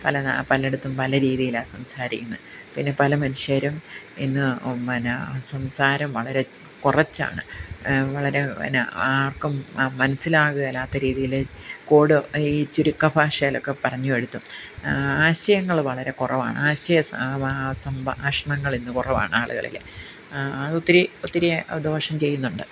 പലന പല ഇടത്തും പല രീതിയിലാണ് സംസാരിക്കുന്നത് പിന്നെ പല മനുഷ്യരും ഇന്ന് പിന്നെ സംസാരം വളരെ കുറച്ചാണ് വളരെ പിന്നെ ആർക്കും മനസ്സിലാകാത്ത രീതിയിൽ കോഡ് ഈ ചുരുക്ക ഭാഷയിലൊക്കെ പറഞ്ഞ് കൊടുത്തു ആശയങ്ങൾ വളരെ കുറവാണ് ആശയ ആ വാ സംഭാഷണങ്ങൾ ഇന്ന് കുറവാണ് ആളുകളിൽ അത് ഒത്തിരി ഒത്തിരി ദോഷം ചെയ്യുന്നുണ്ട്